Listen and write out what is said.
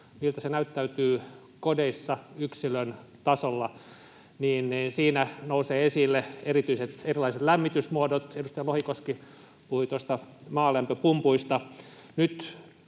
miltä se näyttäytyy kodeissa yksilön tasolla, niin siinä nousevat esille erityisesti erilaiset lämmitysmuodot. Edustaja Lohikoski puhui tuossa maalämpöpumpuista.